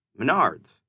Menards